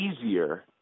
easier